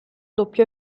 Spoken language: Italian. doppio